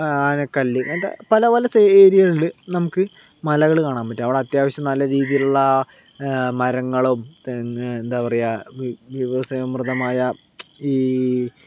ആനക്കല്ല് ഇങ്ങനത്തെ പല പല ഏരിയകളിൽ നമുക്ക് മലകൾ കാണാൻ പറ്റും അവിടെ അത്യാവശ്യം നല്ല രീതിയിലുള്ള മരങ്ങളും തെങ്ങ് എന്താ പറയുക വിഭവ സമൃദ്ധമായ ഈ